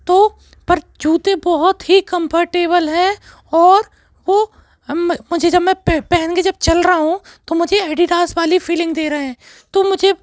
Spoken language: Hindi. तो पर जूते बहुत ही कम्फर्टेबल हैं और वो मुझे जब मैं पहन के जब चल रहा हूँ तो मुझे एडीडास वाली फीलिंग दे रहे हैं तो मुझे